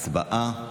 הצבעה.